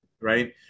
right